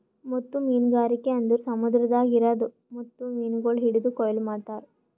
ಮುತ್ತು ಮೀನಗಾರಿಕೆ ಅಂದುರ್ ಸಮುದ್ರದಾಗ್ ಇರದ್ ಮುತ್ತು ಮೀನಗೊಳ್ ಹಿಡಿದು ಕೊಯ್ಲು ಮಾಡ್ತಾರ್